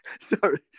Sorry